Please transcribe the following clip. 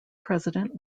president